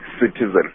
citizen